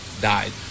died